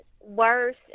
worse